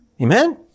Amen